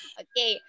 okay